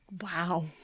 Wow